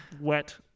Wet